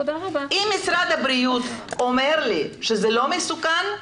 אם משרד הבריאות אומר לי שזה לא מסוכן,